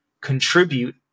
contribute